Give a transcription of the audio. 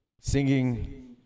singing